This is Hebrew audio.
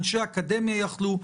אנשי אקדמיה יכלו,